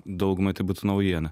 daugumai tai būtų naujiena